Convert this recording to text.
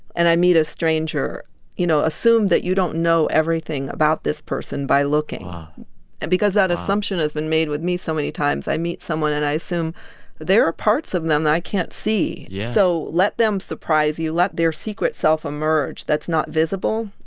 and i meet a stranger you know, assume that you don't know everything about this person by looking and because that assumption has been made with me so many times. i meet someone, and i assume that there are parts of them that i can't see. so let them surprise you. let their secret self emerge that's not visible.